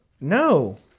no